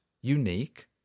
unique